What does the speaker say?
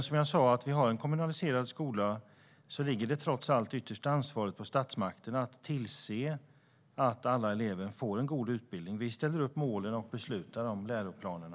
Som jag sa: Även om vi har en kommunaliserad skola ligger trots allt det yttersta ansvaret på statsmakten att tillse att alla elever får en god utbildning. Vi ställer upp målen och beslutar om läroplanerna.